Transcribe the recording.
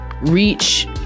reach